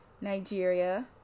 Nigeria